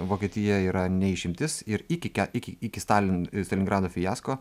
vokietija yra ne išimtis ir iki ke iki iki stalin stalingrado fiasko